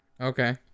Okay